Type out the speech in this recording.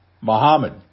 Muhammad